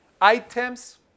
items